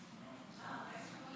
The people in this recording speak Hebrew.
ההסתייגות (40) של חברי הכנסת שלמה